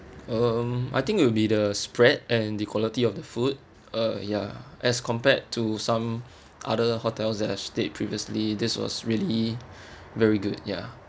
um I think it will be the spread and the quality of the food uh ya as compared to some other hotels that I stayed previously this was really very good ya